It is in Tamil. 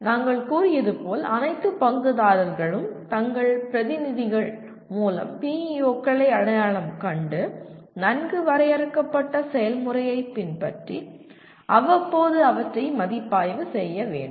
நாங்கள் கூறியது போல் அனைத்து பங்குதாரர்களும் தங்கள் பிரதிநிதிகள் மூலம் PEO களை அடையாளம் கண்டு நன்கு வரையறுக்கப்பட்ட செயல்முறையைப் பின்பற்றி அவ்வப்போது அவற்றை மதிப்பாய்வு செய்ய வேண்டும்